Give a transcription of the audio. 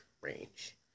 range